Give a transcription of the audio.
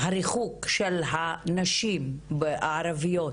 הריחוק של הנשים הערביות